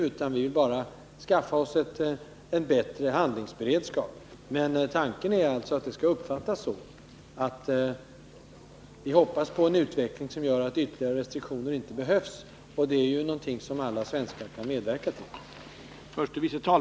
Vi har bara velat skaffa oss bättre handlingsberedskap. Vi hoppas alltså på en utveckling som gör att ytterligare restriktioner inte behövs. Det är någonting som alla svenskar kan medverka till.